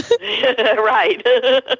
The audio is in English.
Right